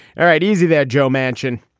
all right. easy there, joe manchin,